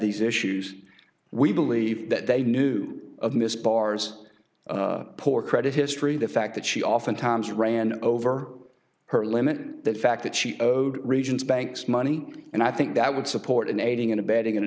these issues we believe that they knew of miss bars poor credit history the fact that she often times ran over her limit that fact that she owed reagents bank's money and i think that would support an aiding and abetting